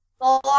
four